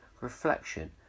reflection